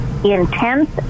Intense